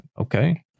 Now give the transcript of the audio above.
Okay